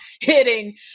hitting